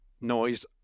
noise